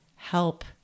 Help